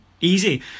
easy